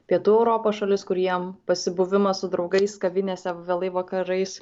pietų europos šalis kuriem pasibuvimas su draugais kavinėse vėlai vakarais